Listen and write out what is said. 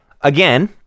again